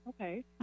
okay